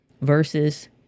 versus